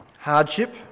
hardship